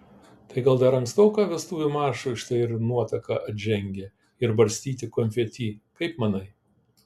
tai gal dar ankstoka vestuvių maršui štai ir nuotaka atžengia ir barstyti konfeti kaip manai